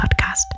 podcast